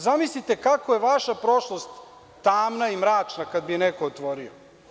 Zamislite kako je vaša prošlost tamna i mračna, kada bi je neko otvorio.